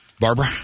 Barbara